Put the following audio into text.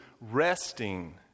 resting